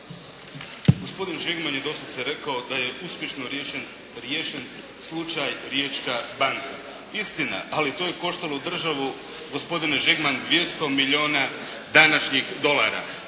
Gospodin Žigman je doslovce rekao da je uspješno riješen slučaj "Riječka banka", istina. Ali to je koštalo državu gospodine Žigman 200 milijuna današnjih dolara.